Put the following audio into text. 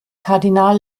kardinal